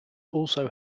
also